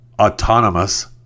autonomous